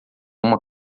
uma